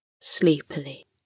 sleepily